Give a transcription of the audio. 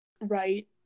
right